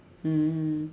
mm